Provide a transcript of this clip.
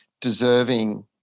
deserving